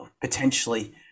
Potentially